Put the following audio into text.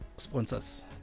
sponsors